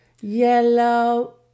yellow